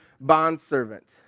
bondservant